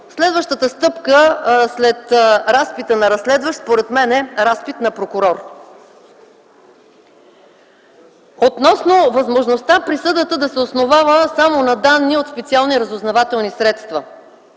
Според мен след разпита на разследващ следващата стъпка е разпитът на прокурор. Относно възможността присъдата да се основава само на данни от специални разузнавателни средства.